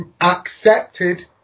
accepted